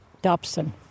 Dobson